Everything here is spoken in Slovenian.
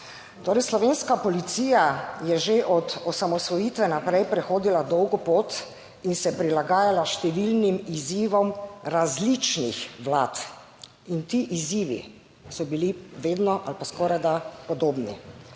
Torej, slovenska policija je že od osamosvojitve naprej prehodila dolgo pot in se prilagajala številnim izzivom različnih vlad in ti izzivi so bili vedno ali pa skorajda podobni.